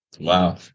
wow